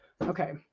Okay